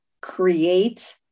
create